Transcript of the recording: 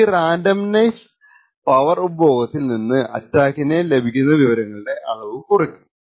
ഈ randomness power ഉപഭോഗത്തിൽ നിന്ന് അറ്റാക്കിലേക്കു ലഭിക്കുന്ന വിവരങ്ങളുടെ അളവ് കുറയ്ക്കും